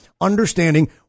understanding